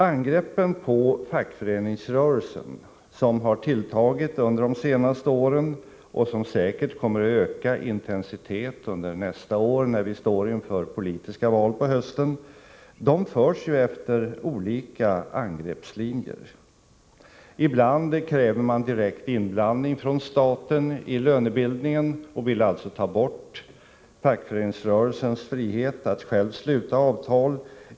Angreppen på fackföreningsrörelsen — som har tilltagit under de senaste åren och som säkert kommer att öka i intensitet under nästa år, när vi på hösten står inför politiska val — förs efter olika angreppslinjer. Ibland kräver man direkt inblandning från staten i lönebildningen och vill alltså ta bort fackföreningsrörelsens frihet att själv sluta avtal.